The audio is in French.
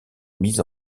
mis